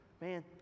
man